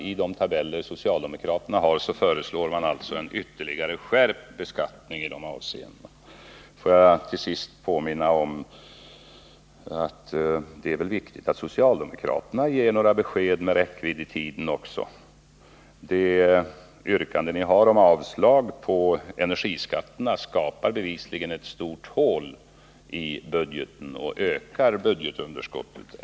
I de tabeller socialdemokraterna upprättat föreslås en ytterligare skärpt beskattning i de avseendena. Får jag till sist påminna om att det är viktigt att också socialdemokraterna ger besked med någon räckvidd i tiden. Det yrkande ni har om avslag på energiskatten skapar bevisligen ett stort hål i budgeten och ökar budgetunderskottet.